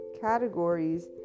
categories